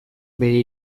bere